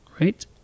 right